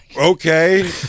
okay